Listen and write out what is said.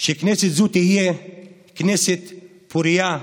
שכנסת זו תהיה כנסת פורייה,